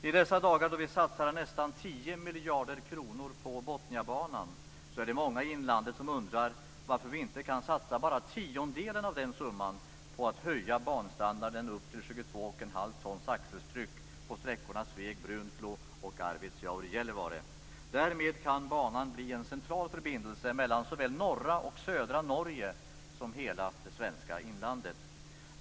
I dessa dagar då vi satsar nästan 10 miljarder kronor på Botniabanan är det många i inlandet som undrar varför vi inte kan satsa bara tiondelen av den summan på att höja banstandarden upp till 22,5 tons axeltryck på sträckorna Sveg-Brunflo och Arvidsjaur-Gällivare. Därmed kan banan bli en central förbindelse mellan såväl norra och södra Norge som för hela det svenska inlandet.